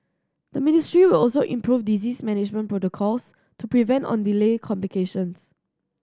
the ministry will also improve disease management protocols to prevent or delay complications